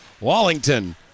Wallington